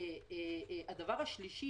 הדבר השלישי,